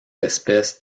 espèce